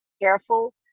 careful